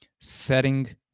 setting